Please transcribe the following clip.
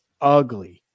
ugly